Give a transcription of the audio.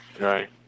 Right